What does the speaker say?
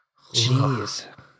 Jeez